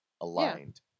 aligned